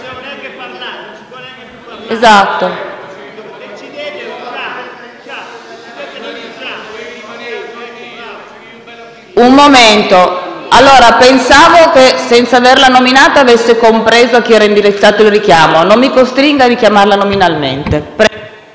Senatore, pensavo che, senza averla nominata, avesse compreso a chi era indirizzato il richiamo. Non mi costringa a richiamarla nominalmente.